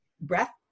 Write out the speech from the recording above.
breath